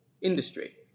industry